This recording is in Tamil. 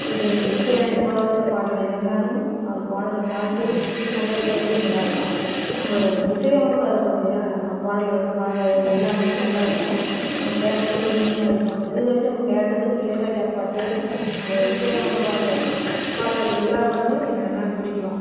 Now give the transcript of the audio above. இது இசை அமைப்பாளர் பாடகர் எல்லாரும் அவர் பாடுகிற பாட்டு நல்லா கேட்குறது நல்லாருக்கும் நம்பளோட இசை அமைப்பாளர் பார்த்தியா நம்ம பாடலை பாடுற எல்லாமே நல்லா இருக்கும் நம்ம கேட்கம்போது இனிமையாக இருக்கும் இதுவரைக்கும் நம்ம கேட்டது இளையராஜா பாட்டு அந்த இசை அமைப்பாளர் பாடல்கள்கள் எல்லாப்பேருமே நல்லா பிடிக்கும்